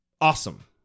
awesome